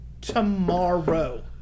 Tomorrow